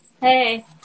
Hey